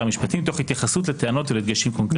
המשפטים תוך התייחסות לטענות ולדגשים קונקרטיים שעלו.